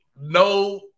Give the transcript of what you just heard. no